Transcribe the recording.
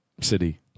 City